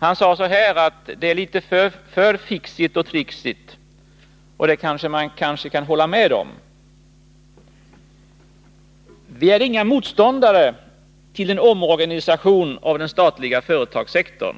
Han sade så här: ”Det är lite för fixigt och trixigt” — och det kanske man kan hålla med om. Vi är inte motståndare till en omorganisation av den statliga företagssektorn.